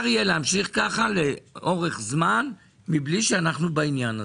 יהיה להמשיך כך לאורך זמן מבלי שאנחנו בעניין הזה.